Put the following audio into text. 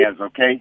okay